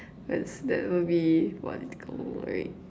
that's that will be right